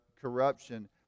corruption